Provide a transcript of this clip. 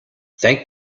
thank